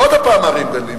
ועוד פעם, הפערים גדלים.